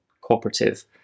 cooperative